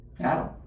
Adam